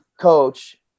coach